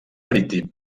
marítim